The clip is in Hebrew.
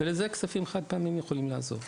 ולזה כספים חד פעמיים יכולים לעזור.